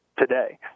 today